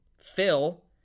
Phil